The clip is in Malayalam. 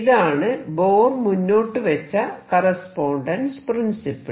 ഇതാണ് ബോർ മുന്നോട്ടുവെച്ച കറസ്പോണ്ടൻസ് പ്രിൻസിപ്പിൾ